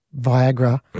Viagra